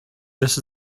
this